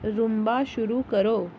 Roomba शुरू करो